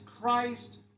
Christ